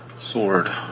sword